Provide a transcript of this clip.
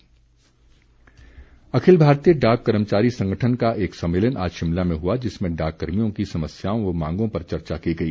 डाक अखिल भारतीय डाक कर्मचारी संगठन का एक सम्मेलन आज शिमला में हुआ जिसमें डाक कर्मियों की समस्याओं व मांगों पर चर्चा की गई